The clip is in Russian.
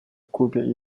кубе